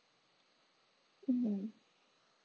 mm